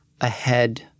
ahead